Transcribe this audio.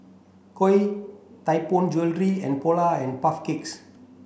Koi Tianpo Jewellery and Polar and Puff Cakes